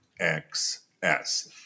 XS